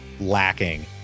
lacking